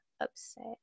upset